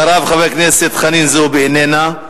חברת הכנסת חנין זועבי, איננה,